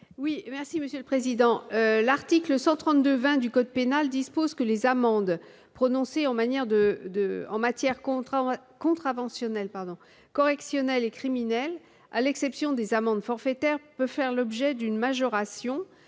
L'article 132-20 du code pénal dispose que les amendes prononcées en matière contraventionnelle, correctionnelle et criminelle, à l'exception des amendes forfaitaires, peuvent faire l'objet d'une majoration,